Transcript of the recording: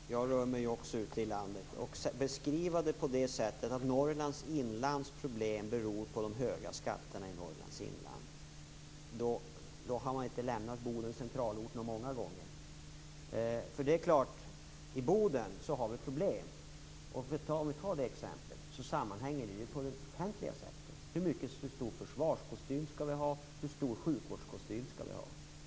Herr talman! Jag rör mig också ute i landet. Om man anser att Norrlands inlands problem beror på de höga skatterna, har man inte lämnat Bodens centralort många gånger. I Boden finns det problem. Men det sammanhänger med den offentliga sektorn. Hur stor försvarskostym skall vi ha? Hur stor sjukvårdskostym skall vi ha?